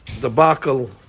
debacle